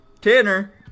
Tanner